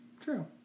true